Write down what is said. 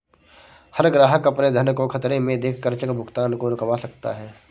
हर ग्राहक अपने धन को खतरे में देख कर चेक भुगतान को रुकवा सकता है